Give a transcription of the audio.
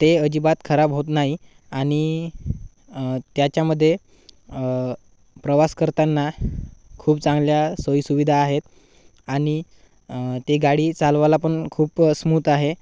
ते अजिबात खराब होत नाही आणि त्याच्यामध्ये प्रवास करताना खूप चांगल्या सोईसुविधा आहेत आणि ती गाडी चालवायला पण खूप स्मूत आहे